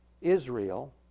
Israel